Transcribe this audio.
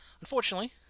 Unfortunately